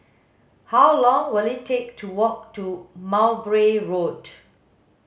how long will it take to walk to Mowbray Road